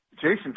Jason